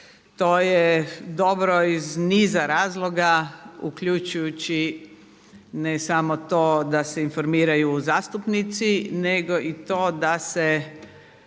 To je dobro iz niza razloga uključujući ne samo to da se informiraju zastupnici, nego i to da se